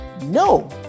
No